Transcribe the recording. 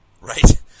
right